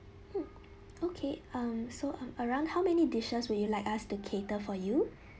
uh okay um so ar~ around how many dishes would you like us to cater for you